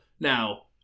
Now